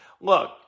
look